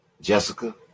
Jessica